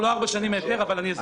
לא ארבע שנים היתר, אבל אני אסביר.